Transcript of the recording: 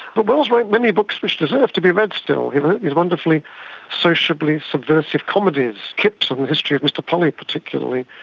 but wells wrote many books which deserve to be read still. he wrote his wonderfully sociably subversive comedies, kipps and the history of mr polly particularly.